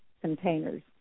containers